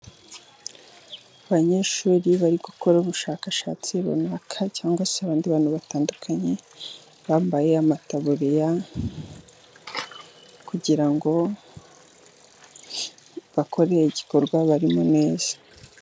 Abanyeshuri bari gukora ubushakashatsi runaka， cyangwa se abandi bantu batandukanye， bambaye amataburiya kugira ngo bakore igikorwa barimo neza.